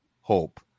hope